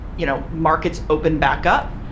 you know, markets open back up,